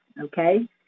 okay